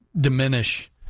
diminish